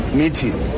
meeting